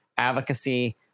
advocacy